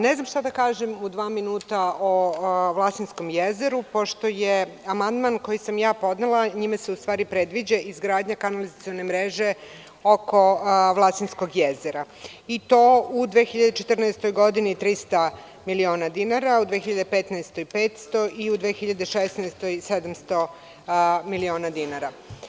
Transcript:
Ne znam šta da kažem u dva minuta o Vlasinskom jezeru pošto amandmanom koji sam podnela, se ustvari predviđa izgradnja kanalizacione mreže oko Vlasinskog jezera i to u 2014. godini 300 miliona dinara, u 2015. 500 i u 2016. godini 700 miliona dinara.